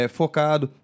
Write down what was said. focado